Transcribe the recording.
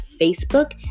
Facebook